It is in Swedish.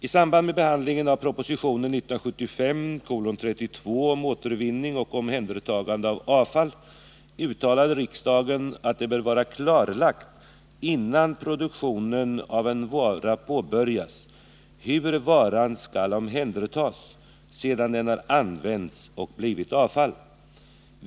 I samband med behandlingen av proposition 1975:32 om återvinning och omhändertagande av avfall uttalade riksdagen att det bör vara klarlagt innan produktionen av en vara påbörjas hur varan skall omhändertas sedan den har använts och blivit avfall.